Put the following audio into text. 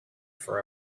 for